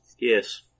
Yes